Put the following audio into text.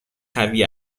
قوی